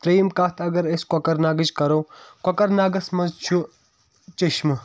تریم کَتھ اَگر أسۍ کوکرناگٕچ کرو کوکرناگس منٛز چھُ چیٚشمہٕ